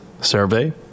survey